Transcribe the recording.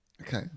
Okay